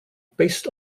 based